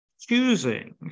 choosing